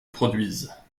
produisent